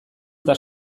eta